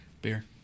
Beer